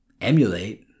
emulate